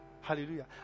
Hallelujah